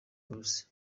buruse